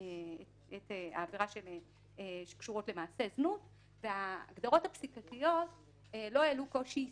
את העבירות שקשורות למעשה זנות וההגדרות הפסיקתיות לא העלו קושי יישומי.